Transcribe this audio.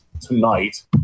tonight